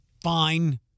fine